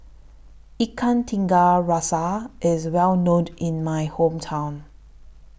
Ikan Tiga Rasa IS Well know in My Hometown